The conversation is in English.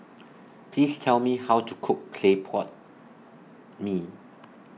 Please Tell Me How to Cook Clay Pot Mee